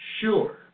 sure